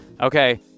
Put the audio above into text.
Okay